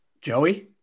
Joey